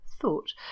thought